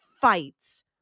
fights